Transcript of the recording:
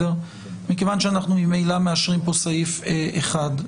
מכיוון שאנחנו ממילא מאשרים פה סעיף אחד,